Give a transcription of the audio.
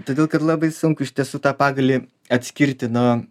todėl kad labai sunku iš tiesų tą pagalį atskirti nuo